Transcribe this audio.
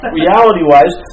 reality-wise